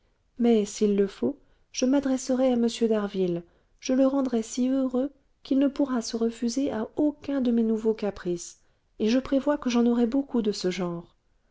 mais s'il le faut je m'adresserai à m d'harville je le rendrai si heureux qu'il ne pourra se refuser à aucun de mes nouveaux caprices et je prévois que j'en aurai beaucoup de ce genre